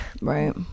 right